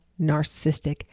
narcissistic